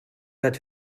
had